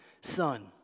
son